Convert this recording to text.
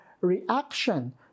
reaction